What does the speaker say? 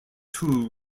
two